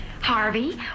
Harvey